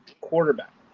quarterback